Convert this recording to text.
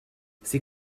sie